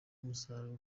umusaruro